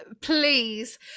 please